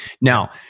Now